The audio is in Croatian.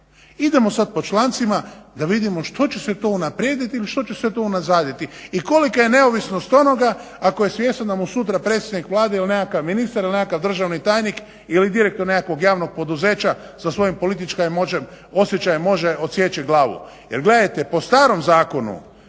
Idemo sada po člancima da vidimo što će se to unaprijediti ili što će se to unazaditi i kolika je neovinost onoga ako je svjestan da mu sutra predsjednik vlade ili nekakav ministar ili nekakav državni tajnik ili direktor nekakvog javnog poduzeća sa svojim političkim osjećajem odsjeći glavu. Jer gledajte po starom zakonu